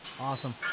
Awesome